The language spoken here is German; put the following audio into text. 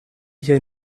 hier